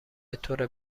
بطور